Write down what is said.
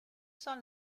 sans